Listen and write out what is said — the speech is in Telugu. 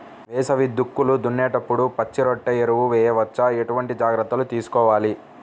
వేసవి దుక్కులు దున్నేప్పుడు పచ్చిరొట్ట ఎరువు వేయవచ్చా? ఎటువంటి జాగ్రత్తలు తీసుకోవాలి?